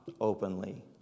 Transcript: openly